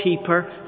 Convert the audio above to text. keeper